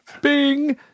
Bing